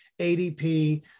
ADP